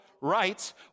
rights